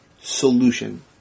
solution